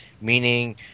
meaning